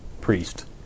priest